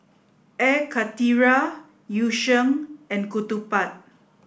air karthira yu sheng and ketupat